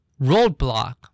roadblock